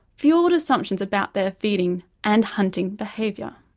fuelled assumptions about their feeding and hunting behaviour.